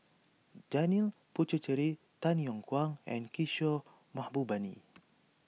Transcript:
Janil Puthucheary Tay Yong Kwang and Kishore Mahbubani